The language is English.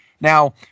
Now